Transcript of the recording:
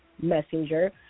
messenger